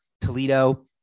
Toledo